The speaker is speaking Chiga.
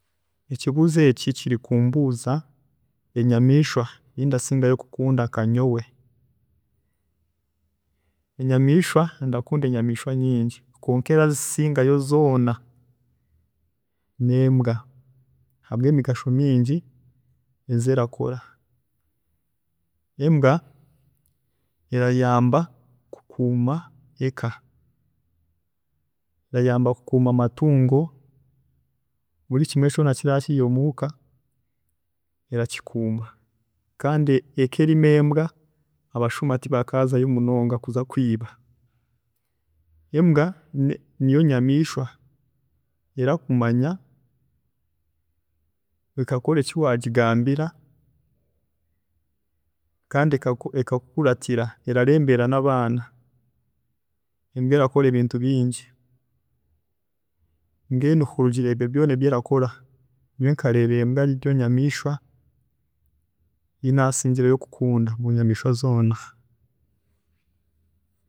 ﻿Ekibuuzo eki kiri kumbuuza enyamiishwa eyi ndasingayo kukunda nkanyowe, enyamiishwa nadukunda enyamiishwa nyingi kwonka erazisingayo zoona, n'embwa habwemigasho nyingi ezi erakora. Embwa erayamba kukuuma eka, erayamba kukuuma amatungo, buri kimwe kyoona ekiraba kiri omuka erakikuuma kandi eka eraba erimu embwa abashuma tibakaazayo munonga kuza kwiiba, embwa niyo nyamiishwa erakumanya ekakora eki wagigambira kandi eka- ekakukuratira, embwa erereembeera n'abaana, embwa erakora ebintu bingi. Mbwenu kurugiirira ebyo byoona ebi erakora, nyowe nkareeba embwa eri enyamiishwa eyi naasingireyo kukunda munyamiishwa zoona.